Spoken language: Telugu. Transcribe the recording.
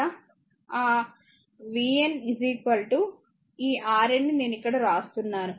ఆ r ఆ vn ఈ Rn ని నేను ఇక్కడ వ్రాస్తున్నాను